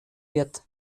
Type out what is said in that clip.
wird